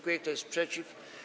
Kto jest przeciw?